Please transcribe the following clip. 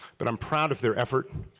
but am proud of their effort.